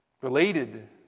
Related